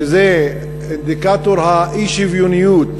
שזה אינדיקטור האי-שוויוניות